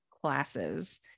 classes